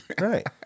Right